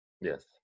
Yes